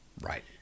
right